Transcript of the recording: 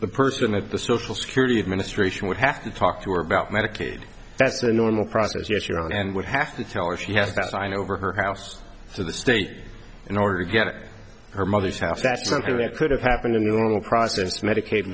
the person of the social security administration would have to talk to her about medicaid that's the normal process yes you're on and would have to tell her she had to sign over her house so the state in order to get her mother's house that's something that could have happened in a normal process medica